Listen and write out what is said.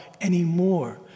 anymore